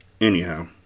Anyhow